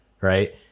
Right